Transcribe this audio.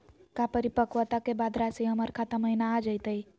का परिपक्वता के बाद रासी हमर खाता महिना आ जइतई?